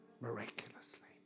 miraculously